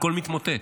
הכול מתמוטט.